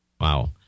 Wow